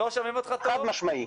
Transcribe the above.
חד משמעית.